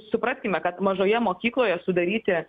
supraskime kad mažoje mokykloje sudaryti